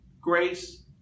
grace